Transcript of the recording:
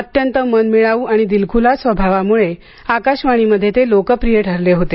अत्यंत मनमिळाऊ आणि दिलखुलास स्वभावामुळे आकाशवाणीमध्ये ते लोकप्रिय ठरले होते